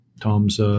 Tom's –